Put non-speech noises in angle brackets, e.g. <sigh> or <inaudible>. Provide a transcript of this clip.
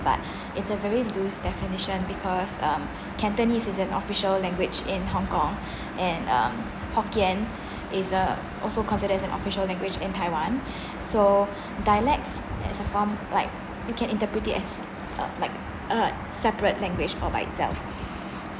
but it's a very loose definition because um cantonese is an official language in hong kong <breath> and um hokkien is a also consider as an official language in taiwan <breath> so dialect as a form like you can interpret it as uh like a separate language all by itself